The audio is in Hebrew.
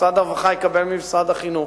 משרד הרווחה יקבל ממשרד החינוך,